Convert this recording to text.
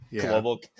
Global